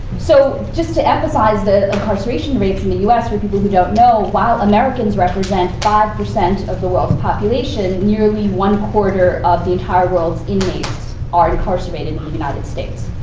so just to emphasize the incarceration rates in the us, for people who don't know while americans represent five percent of the world's population, nearly one quarter of the entire world's inmates are incarcerated in the united states.